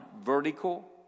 vertical